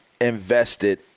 invested